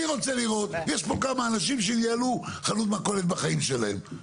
יש פה כמה אנשים שניהלו חנות מכולת בחיים שלהם.